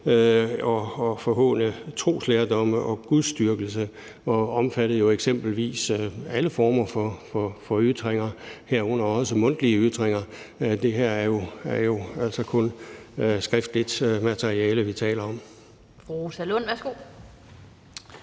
at forhåne troslærdomme og gudsdyrkelse, og den omfattede eksempelvis alle former for ytringer, herunder også mundtlige ytringer. Det er jo altså kun skriftligt materiale, vi taler om her. Kl.